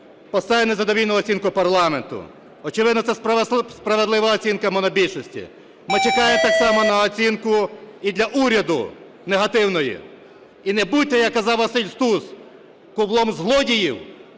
поставив незадовільну оцінку парламенту. Очевидно, це справедлива оцінка монобільшості. Ми чекаємо так само на оцінку і для уряду негативної. І не будьте, як казав Василь Стус, кублом злодіїв,